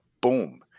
boom